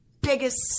biggest